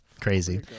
crazy